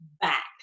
back